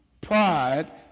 pride